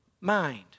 mind